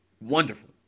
wonderful